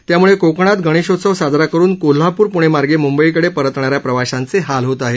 त्यामळे कोकणात गणेशोत्सव साजरा करून कोल्हापर पणे मार्गे मंबईकडे परतणाऱ्या प्रवाशांचे हाल होत आहेत